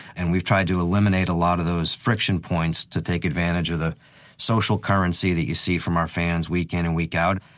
and we've tried to eliminate a lot of those friction points to take advantage of the social currency that you see from our fans week in and week out.